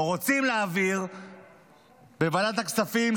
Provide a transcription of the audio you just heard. או רוצים להעביר בוועדת הכספים,